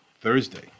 Thursday